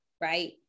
right